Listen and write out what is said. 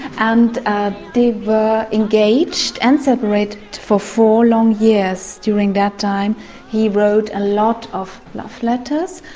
and they were engaged and separated for four long years during that time he wrote a lot of love letters,